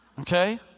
Okay